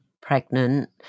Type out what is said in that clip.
pregnant